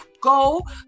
go